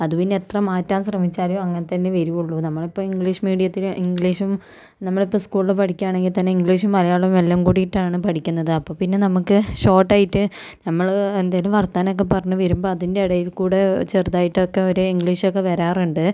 അത് പിന്നെ എത്ര മാറ്റാൻ ശ്രമിച്ചാലും അങ്ങനെത്തന്നെ വരികയുള്ളൂ നമ്മളിപ്പം ഇംഗ്ലീഷ് മീഡിയത്തിൽ ഇംഗ്ലീഷും നമ്മളിപ്പം സ്കൂളിൽ പഠിക്കുകയാണെങ്കിൽ തന്നെ ഇംഗ്ലീഷും മലയാളം എല്ലാം കൂടിയിട്ടാണ് പഠിക്കുന്നത് അപ്പോൾ പിന്നെ നമുക്ക് ഷോർട്ടായിട്ട് നമ്മൾ എന്തെങ്കിലും വർത്തമാനമൊക്കെ പറഞ്ഞു വരുമ്പോൾ അതിൻ്റെ ഇടയിൽ കൂടി ചെറുതായിട്ടൊക്കെ ഒര് ഇംഗ്ലീഷൊക്കെ വരാറുണ്ട്